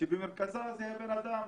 שבמרכזה הבן-אדם.